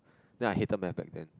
then I hated math then